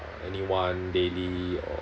uh anyone daily or